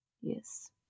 Yes